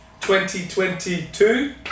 2022